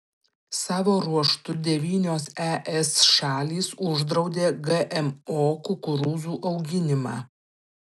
savo ruožtu devynios es šalys uždraudė gmo kukurūzų auginimą